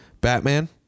Batman